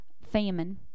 famine